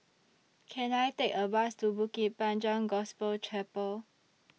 Can I Take A Bus to Bukit Panjang Gospel Chapel